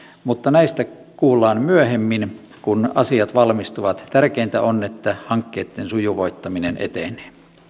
mutta näistä kuullaan myöhemmin kun asiat valmistuvat tärkeintä on että hankkeitten sujuvoittaminen etenee